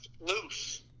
loose